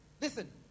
Listen